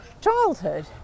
childhood